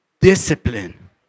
discipline